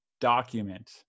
document